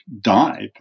die